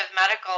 medical